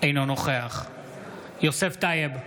אינו נוכח יוסף טייב,